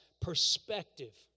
perspective